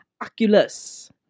Oculus